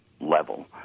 level